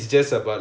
mm